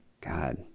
God